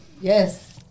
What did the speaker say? Yes